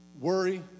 Worry